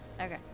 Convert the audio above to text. Okay